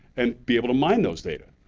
and be able to mine those data.